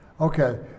Okay